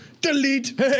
Delete